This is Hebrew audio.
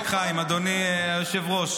יטופל.